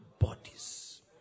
Bodies